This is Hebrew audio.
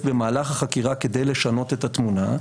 במהלך החקירה כדי לשנות את התמונה,